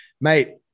mate